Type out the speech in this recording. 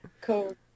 Cool